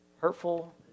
hurtful